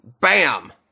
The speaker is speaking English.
Bam